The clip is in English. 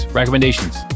recommendations